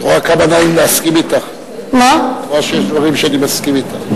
את רואה שיש דברים שאני מסכים אתך?